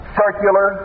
circular